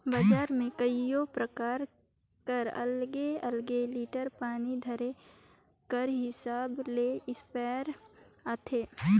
बजार में कइयो परकार कर अलगे अलगे लीटर पानी धरे कर हिसाब ले इस्पेयर आथे